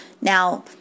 Now